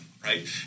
Right